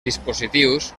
dispositius